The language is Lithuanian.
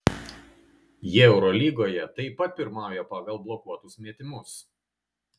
jie eurolygoje taip pat pirmauja pagal blokuotus metimus